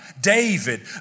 David